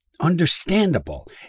understandable